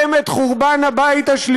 הם נחושים לקדם את חורבן הבית השלישי,